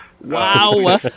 Wow